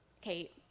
Kate